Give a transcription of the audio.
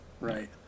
right